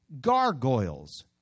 gargoyles